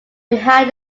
behind